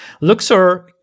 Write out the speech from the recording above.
Luxor